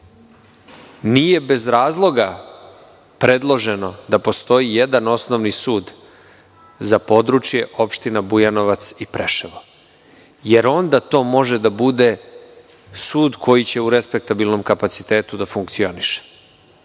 nije bez razloga predloženo da postoji jedan osnovni sud za područje opština Bujanovac i Preševo, jer onda to može da bude sud koji će u respektabilnom kapacitetu da funkcioniše.